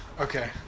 Okay